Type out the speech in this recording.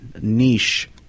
niche